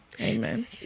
Amen